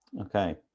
Okay